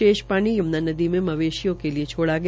शेष पानी यमुना नदी में मवेशियों के लिए छाड़ा गया